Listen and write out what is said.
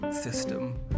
system